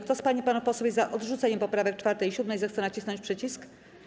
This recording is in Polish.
Kto z pań i panów posłów jest za odrzuceniem poprawek 4. i 7., zechce nacisnąć przycisk.